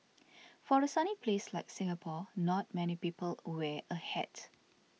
for a sunny place like Singapore not many people wear a hat